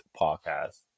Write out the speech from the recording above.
podcast